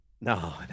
No